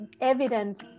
evident